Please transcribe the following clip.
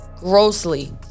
Grossly